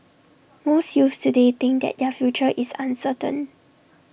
most youths today think that their future is uncertain